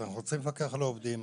אנחנו רוצים לפקח על העובדים,